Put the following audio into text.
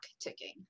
ticking